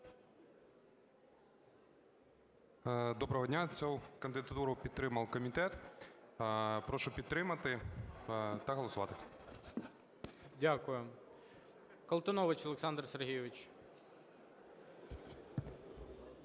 Доброго дня! Цю кандидатуру підтримав комітет, прошу підтримати та голосувати. ГОЛОВУЮЧИЙ. Дякую. Колтунович Олександр Сергійович.